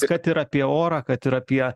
kad ir apie orą kad ir apie